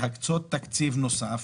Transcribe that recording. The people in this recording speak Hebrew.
להקצות תקציב נוסף